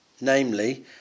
namely